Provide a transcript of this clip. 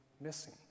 missing